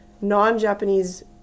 non-Japanese